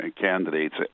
candidates